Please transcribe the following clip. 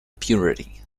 purity